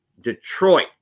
Detroit